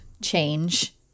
change